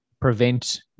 prevent